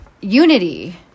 unity